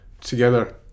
together